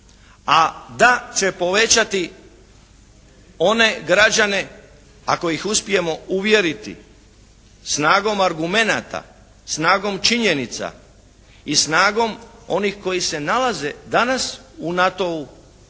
a DA će povećati one građane ako ih uspijemo uvjeriti snagom argumenata, snagom činjenica i snagom onih koji se nalaze danas u NATO-u